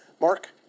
Mark